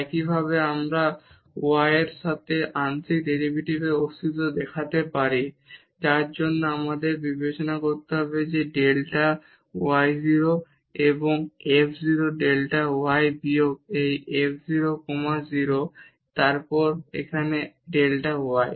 একইভাবে আমরা y এর সাথে আংশিক ডেরিভেটিভের অস্তিত্ব দেখাতে পারি তার জন্য আমাদের বিবেচনা করতে হবে যে ডেল্টা y 0 এবং f 0 ডেল্টা y বিয়োগ এই f 0 কমা 0 এবং তারপর এখানে ডেল্টা y